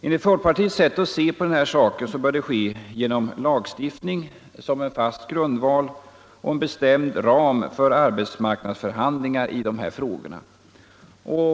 Enligt folkpartiets sätt att se på den här saken bör det ske genom lagstiftning som en fast grundval och en bestämd ram för arbetsmarknadsförhandlingar i de här frågorna.